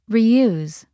Reuse